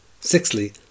Sixthly